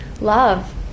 love